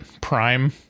prime